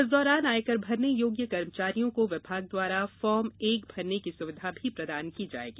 इस दौरान आयकर भरने योग्य कर्मचारियों को विभाग द्वारा फार्म एक भरने की सुविधा भी प्रदान की जायेगी